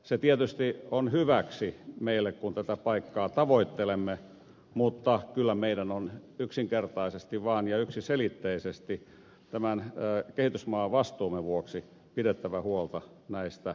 se tietysti on hyväksi meille kun tätä paikkaa tavoittelemme mutta kyllä meidän on vaan yksinkertaisesti ja yksiselitteisesti tämän kehitysmaavastuumme vuoksi pidettävä huolta näistä tavoitteista